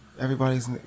Everybody's